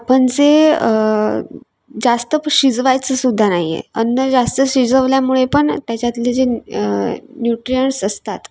आपण जे जास्त प शिजवायचं सुद्धा नाही आहे अन्न जास्त शिजवल्यामुळे पण त्याच्यातले जे न्यूट्रीयन्टस असतात